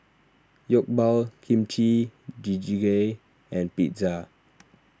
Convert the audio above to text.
Jokbal Kimchi Jjigae and Pizza